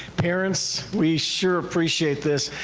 parents. we sure appreciate this.